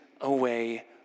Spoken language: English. away